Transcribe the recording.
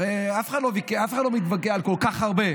הרי אף אחד לא מתווכח על כל כך הרבה.